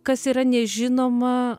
kas yra nežinoma